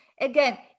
again